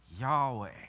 Yahweh